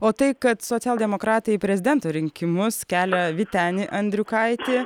o tai kad socialdemokratai į prezidento rinkimus kelia vytenį andriukaitį